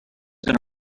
gonna